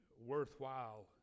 worthwhile